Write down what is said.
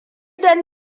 don